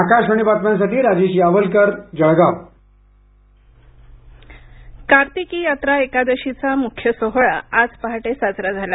आकाशवाणी बातम्यांसाठी राजेश यावलकर जळगाव कार्तिकि कार्तिकी यात्रा एकादशीचा मुख्य सोहळा आज पहाटे साजरा झाला